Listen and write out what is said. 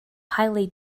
highly